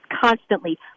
constantly